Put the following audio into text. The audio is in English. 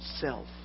self